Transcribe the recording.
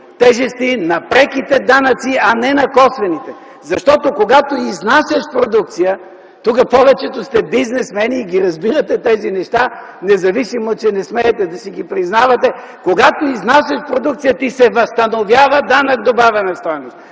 тежести на преките данъци, а не на косвените, защото когато изнасяш продукция, тук повечето сте бизнесмени и ги разбирате тези неща, независимо, че не смеете да си ги признавате, когато изнасяш продукция ти се възстановява данък добавена стойност,